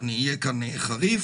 אני אהיה כאן חריף,